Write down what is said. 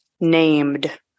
named